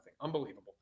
Unbelievable